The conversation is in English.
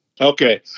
Okay